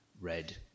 Red